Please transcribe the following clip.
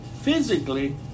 physically